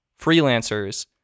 freelancers